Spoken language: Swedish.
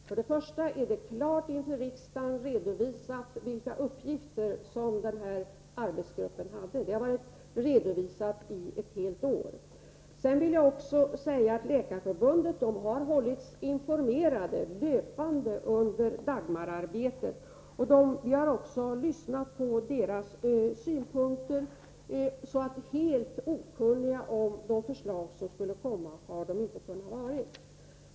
För ett helt år sedan redovisades klart inför riksdagen vilka uppgifter arbetsgruppen hade. Jag vill vidare säga att Läkarförbundet löpande har hållits informerat under ”Dagmararbetet”. Vi har också lyssnat på förbundets synpunkter. Helt okunniga om de förslag som skulle komma har man alltså inte kunnat vara.